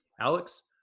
Alex